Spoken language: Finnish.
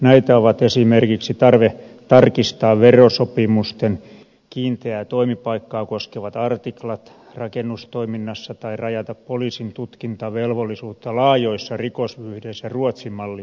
näitä ovat esimerkiksi tarve tarkistaa verosopimusten kiinteää toimipaikkaa koskevat artiklat rakennustoiminnassa tai rajata poliisin tutkintavelvollisuutta laajoissa rikosvyyhdeissä ruotsin mallin mukaisesti